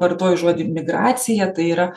vartoju žodį migracija tai yra